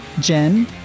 Jen